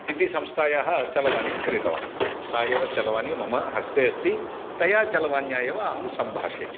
इति संस्थायाः चरवाणीं क्रीतवान् सा एव चरवाणी मम हस्ते अस्ति तया चरवाण्या एव अहं सम्भाषे